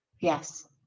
yes